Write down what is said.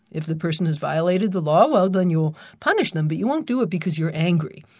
if the person is violated the law um then you'll punish them, but you won't do it because you're angry.